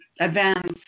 events